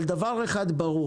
אבל דבר אחד ברור